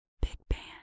big-band